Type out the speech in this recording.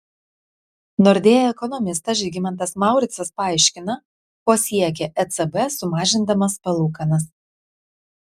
nordea ekonomistas žygimantas mauricas paaiškina ko siekė ecb sumažindamas palūkanas